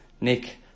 Nick